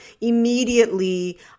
immediately